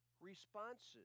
responses